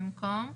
במקום "כ'